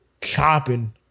chopping